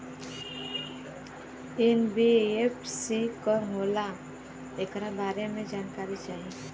NBFC का होला ऐकरा बारे मे जानकारी चाही?